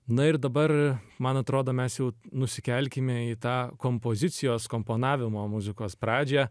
na ir dabar man atrodo mes jau nusikelkime į tą kompozicijos komponavimo muzikos pradžią